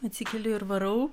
atsikeliu ir varau